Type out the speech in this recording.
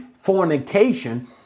fornication